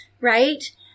right